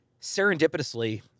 Serendipitously